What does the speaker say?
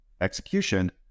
execution